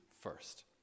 first